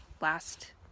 last